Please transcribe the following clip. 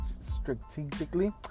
strategically